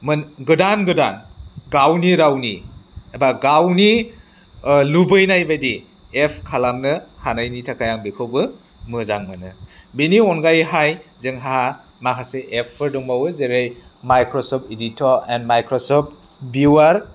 मोन गोदान गोदान गावनि रावनि एबा गावनि लुबैनायबायदि एप खालामनो हानायनि थाखाय आं बेखौबो मोजां मोनो बिनि अनगायैहाय जोंहा माखासे एपफोर दंबावो जेरै Microsoft editor and Microsoft viewer